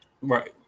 Right